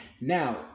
Now